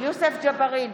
יוסף ג'בארין,